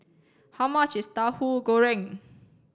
how much is tahu goreng